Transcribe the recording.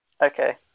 Okay